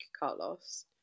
Carlos